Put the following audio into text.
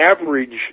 average